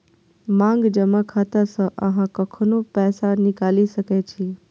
मांग जमा खाता सं अहां कखनो पैसा निकालि सकै छी